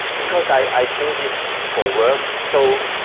because i do this for work, so